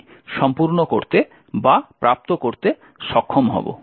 টি সম্পূর্ণ করতে বা প্রাপ্ত করতে সক্ষম হব